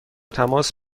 تماس